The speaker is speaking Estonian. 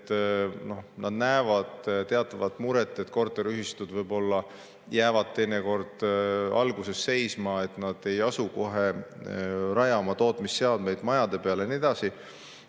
nad näevad teatavat muret, et korteriühistud võib-olla jäävad teinekord alguses seisma, ei asu kohe rajama tootmisseadmeid majade peale ja nii edasi.